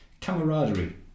camaraderie